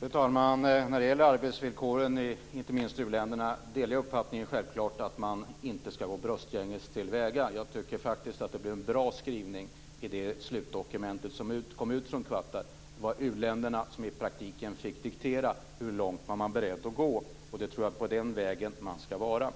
Fru talman! När det gäller arbetsvillkoren, inte minst i u-länderna, delar jag självklart uppfattningen att man inte ska gå bröstgänges till väga. Jag tycker faktiskt att det blev en bra skrivning i det slutdokument som kom från Qatar. Det var u-länderna som i praktiken fick diktera hur långt man var beredd att gå, och jag tror att det är på den vägen man ska vandra.